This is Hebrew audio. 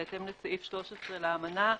בהתאם לסעיף 13 לאמנה,